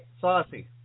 saucy